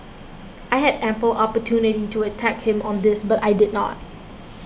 I had ample opportunity to attack him on this but I did not